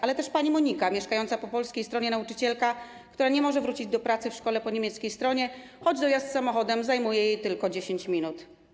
Ale też pani Monika, mieszkająca po polskiej stronie nauczycielka, która nie może wrócić do pracy w szkole po niemieckiej stronie, choć dojazd samochodem zajmuje jej tylko 10 minut.